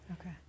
okay